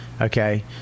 Okay